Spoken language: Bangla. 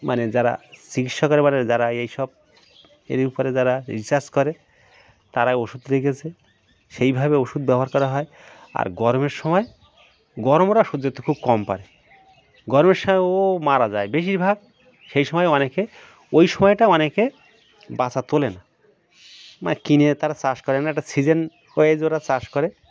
মানে যারা চিকিৎসকেরা মানে যারা এইসব এরই উপরে যারা রিসার্চ করে তারা ওষুধ রেখেছে সেইভাবে ওষুধ ব্যবহার করা হয় আর গরমের সময় গরম ওরা সহ্য করতে খুব কম পারে গরমের সময় ও মারা যায় বেশিরভাগ সেই সময় অনেকে ওই সময়টা অনেকে বাচ্চা তোলে না মানে কিনে তারা চাষ করে না একটা সিজন ওয়াইজ ওরা চাষ করে